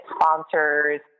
sponsors